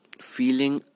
feeling